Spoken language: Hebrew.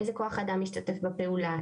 איזה כוח אדם משתתף בפעולה,